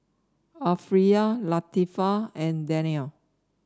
Arifa Latifa and Daniel